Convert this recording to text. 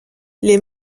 les